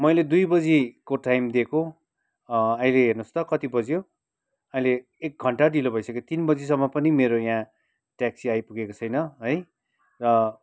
मैले दुई बजीको टाइम दिएको अहिले हेर्नुहोस् त कति बज्यो अहिले एक घन्टा ढिलो भइसक्यो तिन बजीसम्म पनि मेरो यहाँ ट्याक्सी आइपुगेको छैन है र